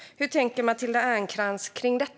Hur tänker Matilda Ernkrans kring detta?